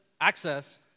access